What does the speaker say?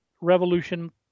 revolution